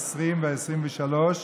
העשרים והעשרים-ושלוש,